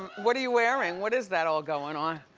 what are you wearing, what is that all goin' on?